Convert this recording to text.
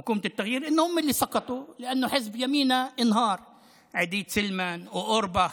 אבל לחשוב שהסגנון הוא תקיפה ושאת הממשלה הזאת הביאה הרשימה המשותפת.